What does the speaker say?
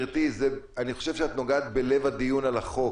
אני חושב שאת נוגע בלב הדיון על החוק.